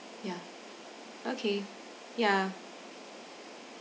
yeah okay yeah